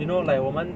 you know like 我们